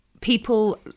people